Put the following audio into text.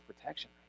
protection